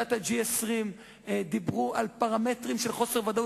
בוועידת ה-G20 דיברו על פרמטרים של חוסר ודאות,